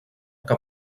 que